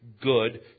good